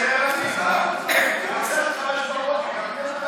רק לגבינו, נכון, למה לא?